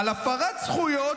על הפרת זכויות,